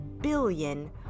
billion